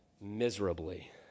miserably